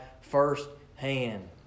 firsthand